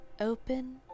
open